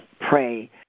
pray